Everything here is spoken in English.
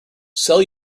sell